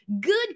good